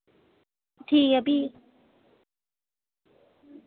ठीक ऐ फ्ही